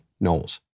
Knowles